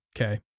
Okay